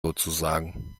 sozusagen